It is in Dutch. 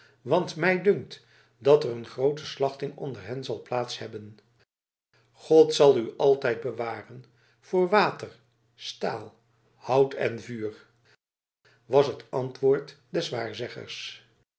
want mij dunkt dat er een groote slachting onder hen zal plaats hebben en tout temps te gardera dieu d'eau de fer de bois et de feu was het antwoord